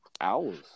hours